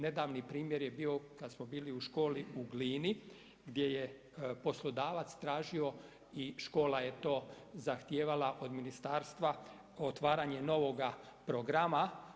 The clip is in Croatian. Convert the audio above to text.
Nedavni primjer je bio, kad smo bili u školi u Glini, gdje je poslodavac tražio i škola je to zahtijevala od ministarstva, otvaranje novoga programa.